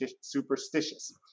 superstitious